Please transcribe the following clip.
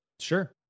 Sure